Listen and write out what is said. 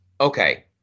Okay